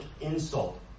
insult